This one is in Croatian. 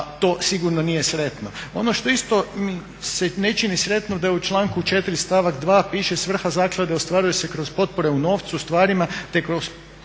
to sigurno nije sretno. Ono što isto mi se ne čini sretnim da je u članku 4. stavak 2.piše "Svrha zaklade ostvaruje se kroz potpore u novcu, stvarima te kroz